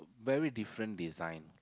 very different design